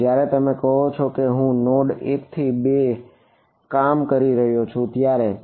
ના જયારે તમે કહો છો કે હું નોડ 1 થી 2 કામ કરી રહ્યો છું ત્યારે